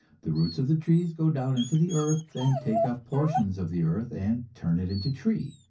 the roots of the trees go down into the earth, and take up portions of the earth and turn it into tree.